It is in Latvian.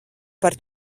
par